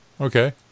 Okay